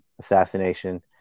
assassination